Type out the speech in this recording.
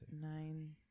nine